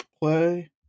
play